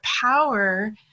power